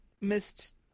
missed